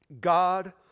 God